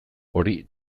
hori